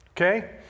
okay